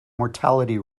mortality